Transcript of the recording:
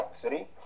city